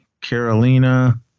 Carolina